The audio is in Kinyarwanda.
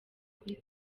kuri